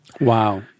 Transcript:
Wow